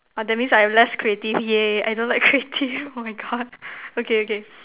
uh that means I less creative !yay! I don't like creative oh my God okay okay